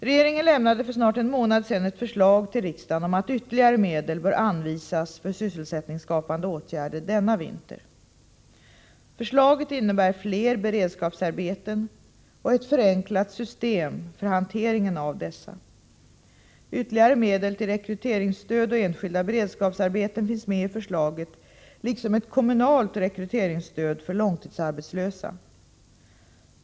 Regeringen lämnade för snart en månad sedan ett förslag till riksdagen om att ytterligare medel bör anvisas för sysselsättningsskapande åtgärder denna vinter. Förslaget innebär fler beredskapsarbeten och ett förenklat system för hanteringen av dessa. Ytterligare medel till rekryteringsstöd och enskilda beredskapsarbeten finns med i förslaget liksom ett kommunalt rekryteringsstöd för långtidsarbetslösa.